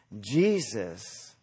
Jesus